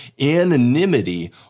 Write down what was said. anonymity